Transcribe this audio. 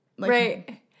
Right